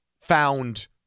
found